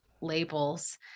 labels